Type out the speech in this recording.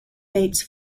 meets